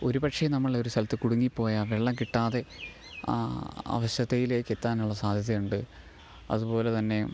ഒരു പക്ഷെ നമ്മളൊരു സ്ഥലത്ത് കുടുങ്ങിപ്പോയാൽ വെള്ളം കിട്ടാതെ ആ അവശതയിലേക്കെത്താനുള്ള സാദ്ധ്യതയുണ്ട് അതുപോലെ തന്നെ